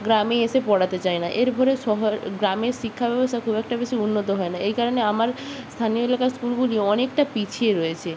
গ্রামে এসে পড়াতে চায় না এর ফলে শহর গ্রামের শিক্ষা ব্যবস্থা খুব একটা বেশি উন্নত হয় না এই কারণে আমার স্থানীয় এলাকার স্কুলগুলি অনেকটা পিছিয়ে রয়েছে